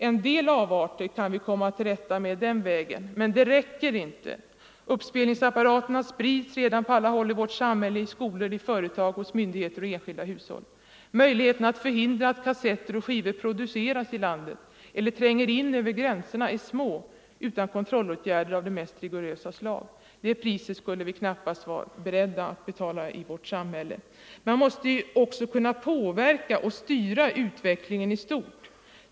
En del avarter kan vi komma till rätta med den vägen, men det räcker inte. Uppspelningsapparaterna sprids redan på alla håll i vårt samhälle: i skolor, i företag, hos myndigheter och i enskilda hushåll. Möjligheterna att förhindra att kassetter och skivor produceras i landet eller tränger in över gränserna är små utan kontrollåtgärder av det mest rigorösa slag. Det priset skulle vi knappast vara beredda att betala i vårt samhälle. Man måste också kunna påverka och styra utvecklingen i stort.